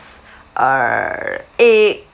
uh eggs